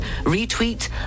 retweet